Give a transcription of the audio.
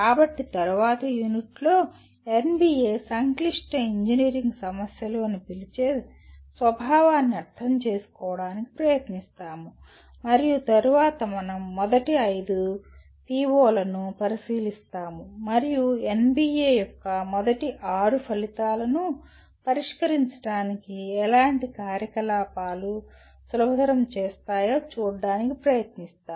కాబట్టి తరువాతి యూనిట్లో ఎన్బిఎ సంక్లిష్ట ఇంజనీరింగ్ సమస్యలు అను పిలిచే స్వభావాన్ని అర్థం చేసుకోవడానికి ప్రయత్నిస్తాము మరియు తరువాత మనం మొదటి ఐదు పిఒలను పరిశీలిస్తాము మరియు ఎన్బిఎ యొక్క మొదటి ఆరు ఫలితాలను పరిష్కరించడానికి ఎలాంటి కార్యకలాపాలు సులభతరం చేస్తాయో చూడటానికి ప్రయత్నిస్తాము